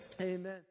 Amen